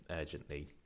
urgently